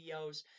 videos